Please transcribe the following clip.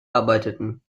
arbeiteten